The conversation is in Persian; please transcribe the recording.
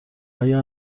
آیا